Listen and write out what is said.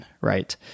Right